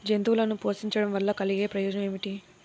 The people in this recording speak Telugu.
జంతువులను పోషించడం వల్ల కలిగే ప్రయోజనం ఏమిటీ?